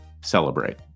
celebrate